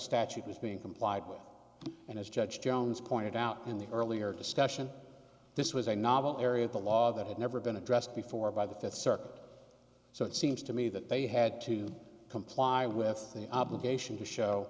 statute was being complied with and as judge jones pointed out in the earlier discussion this was a novel area of the law that had never been addressed before by the fifth circuit so it seems to me that they had to comply with the obligation to show